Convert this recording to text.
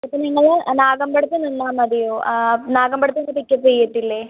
ഇപ്പോൾ നിങ്ങൾ നാഗമ്പടത്ത് നിന്നാൽ മതിയോ നാഗമ്പടത്തുനി ന്ന് പിക്കപ്പ് ചെയ്യത്തില്ലെ